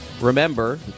Remember